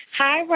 hi